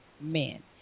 men